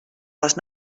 les